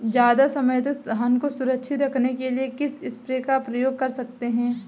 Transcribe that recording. ज़्यादा समय तक धान को सुरक्षित रखने के लिए किस स्प्रे का प्रयोग कर सकते हैं?